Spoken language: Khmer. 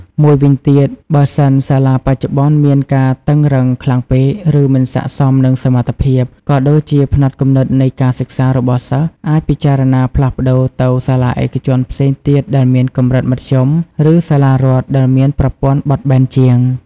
មួយវិញទៀត បើសិនសាលាបច្ចុប្បន្នមានការតឹងរ៉ឹងខ្លាំងពេក ឬមិនស័ក្តិសមនឹងសមត្ថភាព ក៏ដូចជាផ្នត់គំនិតនៃការសិក្សារបស់សិស្ស អាចពិចារណាផ្លាស់ប្តូរទៅសាលាឯកជនផ្សេងទៀតដែលមានកម្រិតមធ្យម ឬសាលារដ្ឋដែលមានប្រព័ន្ធបត់បែនជាង។